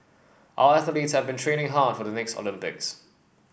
our athletes have been training hard for the next Olympics